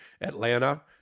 Atlanta